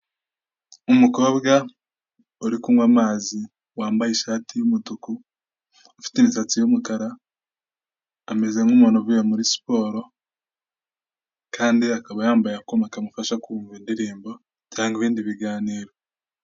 Umukobwa uri kunywa amazi wambaye ishati y'umutuku ufite imisatsi y'umukara, ameze nk'umuntu uvuye muri siporo kandi akaba yambaye akuma kamufasha kumva indirimbo cyangwa ibindi biganiro.